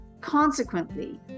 Consequently